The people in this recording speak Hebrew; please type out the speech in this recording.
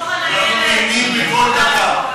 אנחנו נהנים מכל דקה.